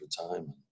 time